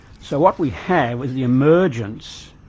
so what we have is the emergence,